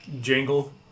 jingle